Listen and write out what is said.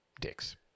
dicks